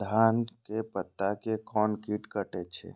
धान के पत्ता के कोन कीट कटे छे?